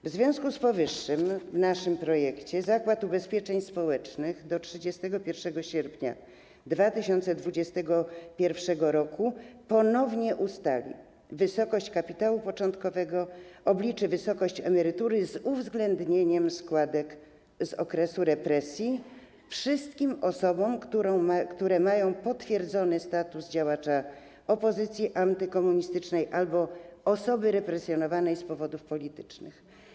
W związku z powyższym zgodnie z naszym projektem Zakład Ubezpieczeń Społecznych do 31 sierpnia 2021 r. ponownie ustali wysokość kapitału początkowego, obliczy wysokość emerytury z uwzględnieniem składek z okresu represji wszystkim osobom, które mają potwierdzony status działacza opozycji antykomunistycznej albo osoby represjonowanej z powodów politycznych.